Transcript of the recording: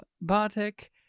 Bartek